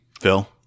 Phil